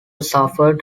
suffered